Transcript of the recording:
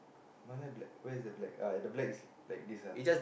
mana black where is the black ah the black is like this lah